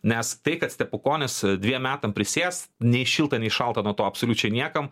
nes tai kad stepukonis dviem metam prisės nei šilta nei šalta nuo to absoliučiai niekam